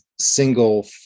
single